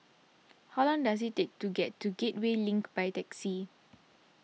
how long does it take to get to Gateway Link by taxi